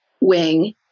wing